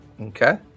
Okay